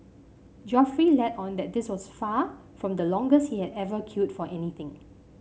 Geoffrey let on that this was far from the longest he had ever queued for anything